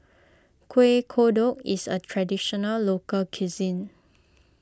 Kueh Kodok is a Traditional Local Cuisine